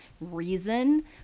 reason